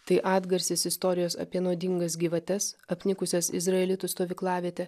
tai atgarsis istorijos apie nuodingas gyvates apnikusias izraelitų stovyklavietę